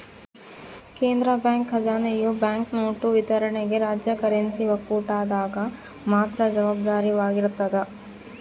ಕೇಂದ್ರ ಬ್ಯಾಂಕ್ ಖಜಾನೆಯು ಬ್ಯಾಂಕ್ನೋಟು ವಿತರಣೆಗೆ ರಾಜ್ಯ ಕರೆನ್ಸಿ ಒಕ್ಕೂಟದಾಗ ಮಾತ್ರ ಜವಾಬ್ದಾರವಾಗಿರ್ತದ